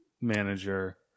manager